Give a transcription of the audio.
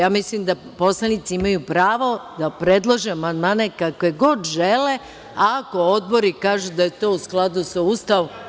Ja mislim da poslanici imaju pravo da predlože amandmane kakve god žele, ako odbori kažu da je to u skladu sa Ustavom.